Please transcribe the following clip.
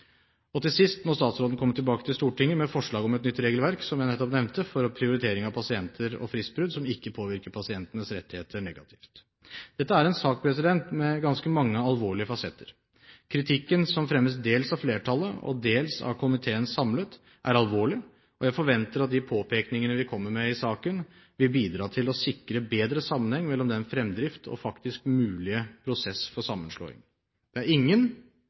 Og til sist må statsråden komme tilbake til Stortinget med forslag om et nytt regelverk, som jeg nettopp nevnte, for prioritering av pasienter og fristbrudd som ikke påvirker pasientenes rettigheter negativt. Dette er en sak med ganske mange alvorlige fasetter. Kritikken som fremmes, dels av flertallet og dels av komiteen samlet, er alvorlig, og jeg forventer at de påpekninger vi kommer med i saken, vil bidra til å sikre bedre sammenheng mellom fremdriften og den faktisk mulige prosess for sammenslåing. Det er ingen – og det vil jeg presisere på nytt, det er ingen